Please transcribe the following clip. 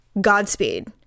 Godspeed